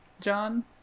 John